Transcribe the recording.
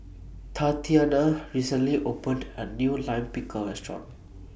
Tatiana recently opened A New Lime Pickle Restaurant